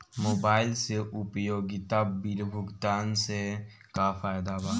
Mobile से उपयोगिता bill भुगतान से का फायदा बा?